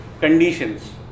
conditions